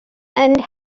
and